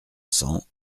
cents